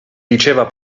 diceva